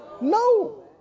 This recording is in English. No